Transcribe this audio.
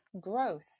growth